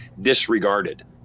disregarded